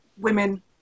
women